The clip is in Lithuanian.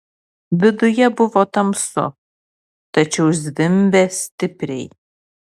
viduje buvo tamsu tačiau zvimbė stipriai